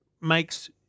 makes